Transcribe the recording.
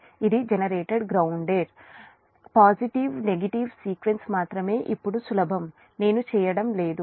ఇది generator grounded positive negative sequence మాత్రమే ఇప్పుడు సులభం నేను చేయడం లేదు